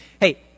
hey